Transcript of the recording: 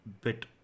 bit